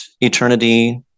eternity